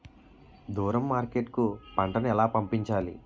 దూరం మార్కెట్ కు పంట ను ఎలా పంపించాలి?